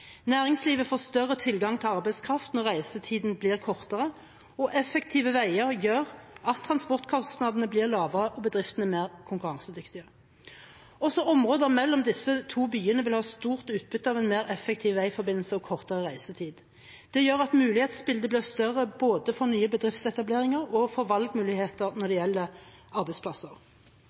Næringslivet får større tilgang til arbeidskraft når reisetiden blir kortere, og effektive veier gjør at transportkostnadene blir lavere og bedriftene mer konkurransedyktige. Også områder mellom disse to byene vil ha stort utbytte av en mer effektiv veiforbindelse og kortere reisetid. Det gjør at mulighetsbildet blir større, både for nye bedriftsetableringer og for valgmuligheter når